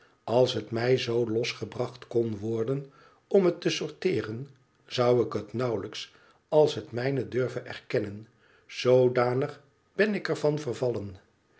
als het mij zoo los gebracht kon worden om het te sorteeren zou ik het nauwelijks als het mijne durven erkennen zoo danig ben ik er van vervallen